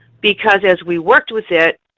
because as we worked with it